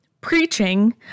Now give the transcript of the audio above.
preaching